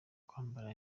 kwambara